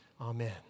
Amen